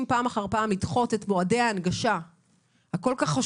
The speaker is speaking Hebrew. פעם אחר פעם לדחות את מועדי ההנגשה החשובים כל כך.